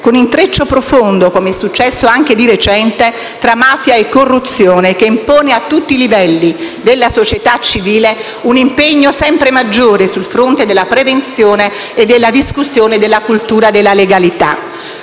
un intreccio profondo, com'è successo anche di recente, tra mafia e corruzione che impone a tutti i livelli della società civile un impegno sempre maggiore sul fronte della prevenzione e della discussione della cultura della legalità.